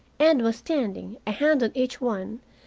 and was standing, a hand on each one,